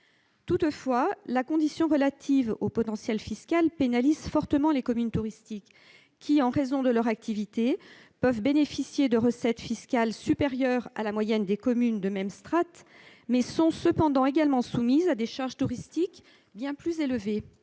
Toutefois, la condition relative au potentiel fiscal pénalise fortement les communes touristiques, qui, en raison de leur activité, peuvent bénéficier de recettes fiscales supérieures à la moyenne des communes de même strate, mais sont également soumises à des charges touristiques bien plus élevées.